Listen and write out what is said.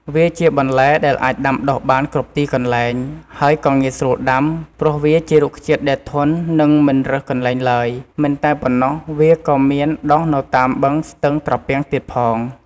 វាជាបន្លែដែលអាចដាំដុះបានគ្រប់ទីកន្លែង ហើយក៏ងាយស្រួលដាំ ព្រោះវាជារុក្ខជាតិដែលធន់ និងមិនរើសកន្លែងឡើយ មិនតែប៉ុណ្ណោះវាក៏មានដុះនៅតាមបឹងស្ទឹងត្រពាំងទៀតផង។